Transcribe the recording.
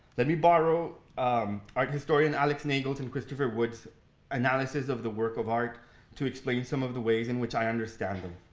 let me borrow art historian alex nagel and christopher wood's analysis of the work of art to explain some of the ways in which i understand them.